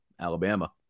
Alabama